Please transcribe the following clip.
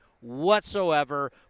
whatsoever